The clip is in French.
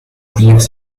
plusieurs